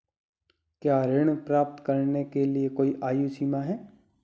क्या ऋण प्राप्त करने के लिए कोई आयु सीमा है?